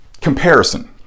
Comparison